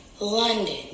London